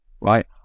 Right